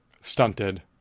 stunted